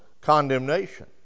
condemnation